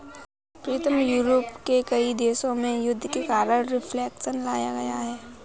प्रीतम Europe के कई देशों में युद्ध के कारण रिफ्लेक्शन लाया गया है